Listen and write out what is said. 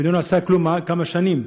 ולא נעשה כלום כמה שנים,